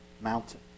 mountain